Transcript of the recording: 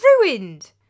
ruined